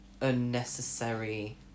unnecessary